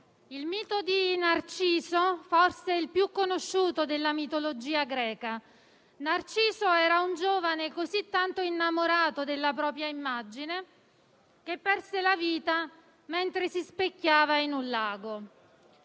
il mito di Narciso è forse il più conosciuto della mitologia greca. Narciso era un giovane così tanto innamorato della propria immagine che perse la vita mentre si specchiava in un lago.